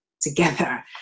together